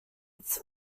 its